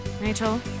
Rachel